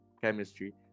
chemistry